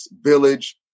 village